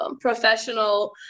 professional